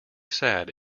sad